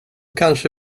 kanske